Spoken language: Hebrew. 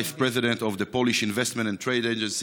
Vice President of the Polish Investment and Trade Agency,